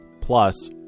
plus